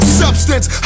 substance